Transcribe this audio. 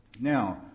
Now